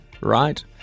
right